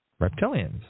Reptilians